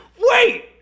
Wait